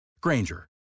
Granger